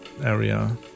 area